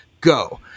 go